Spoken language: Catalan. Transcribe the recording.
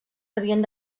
havien